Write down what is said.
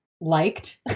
liked